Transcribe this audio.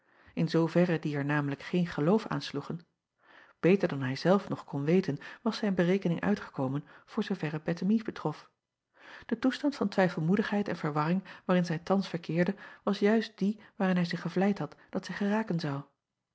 in zooverre die er namelijk geen geloof aan sloegen beter dan hij zelf nog kon weten was zijn berekening uitgekomen voor zooverre ettemie betrof e toestand van twijfelmoedigheid en verwarring waarin zij thans verkeerde was juist die waarin hij zich gevleid had dat zij geraken zou